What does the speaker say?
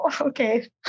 okay